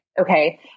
Okay